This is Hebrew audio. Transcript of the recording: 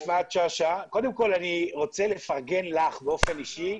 קודם כל אני רוצה לפרגן לך באופן אישי,